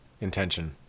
intention